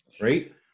right